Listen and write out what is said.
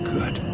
Good